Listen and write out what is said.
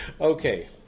Okay